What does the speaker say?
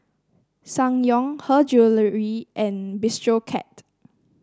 Ssangyong Her Jewellery and Bistro Cat